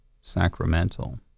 sacramental